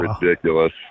ridiculous